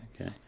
okay